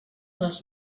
les